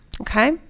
okay